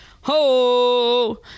Ho